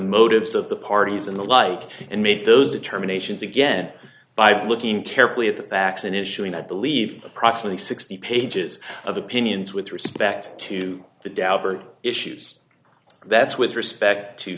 motives of the parties and the like and make those determinations again by looking carefully at the facts and ensuring that believe approximately sixty pages of opinions with respect to the daubert issues that's with respect to